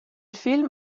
film